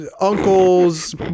uncle's